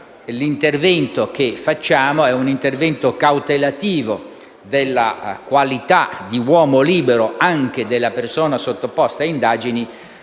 l'intervento che facciamo è cautelativo della qualità di uomo libero anche della persona sottoposta a indagini,